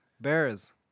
Bears